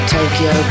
Tokyo